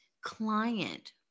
client